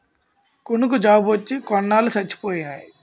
కునుకు జబ్బోచ్చి కోలన్ని సచ్చిపోనాయి